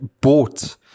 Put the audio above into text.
bought